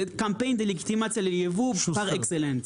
זה קמפיין דה לגיטימציה לייבוא פר אקסלנס.